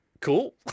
cool